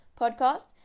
podcast